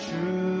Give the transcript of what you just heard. True